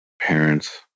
parents